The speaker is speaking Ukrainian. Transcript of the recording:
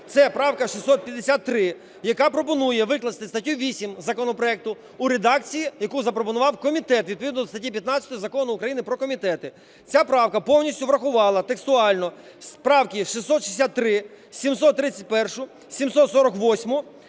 це правка 653, яка пропонує викласти статтю 8 законопроекту у редакції, яку запропонував комітет, відповідно до статті 15 Закону України про комітети. Ця правка повністю врахувала текстуально правки: 663, 731-у,